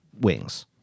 wings